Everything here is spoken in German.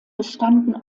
bestanden